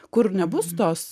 kur nebus tos